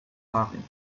waren